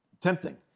tempting